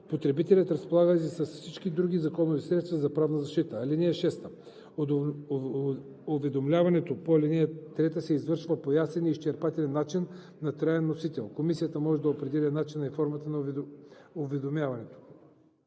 потребителят разполага и с всички други законови средства за правна защита. (6) Уведомяването по ал. 3 се извършва по ясен и изчерпателен начин на траен носител. Комисията може да определи начина и формата на уведомяването.